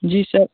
जी sir